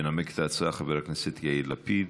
ינמק את ההצעה חבר הכנסת יאיר לפיד.